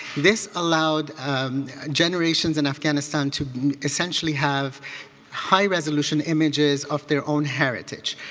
this allowed generations in afghanistan to essentially have high-resolution images of their own heritage.